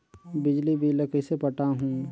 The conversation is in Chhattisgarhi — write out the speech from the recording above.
बिजली बिल ल कइसे पटाहूं?